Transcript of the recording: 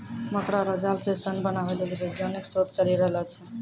मकड़ा रो जाल से सन बनाबै लेली वैज्ञानिक शोध चली रहलो छै